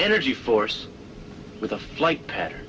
energy force with the flight pattern